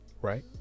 right